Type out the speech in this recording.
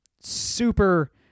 super